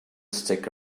stick